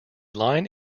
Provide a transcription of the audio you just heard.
line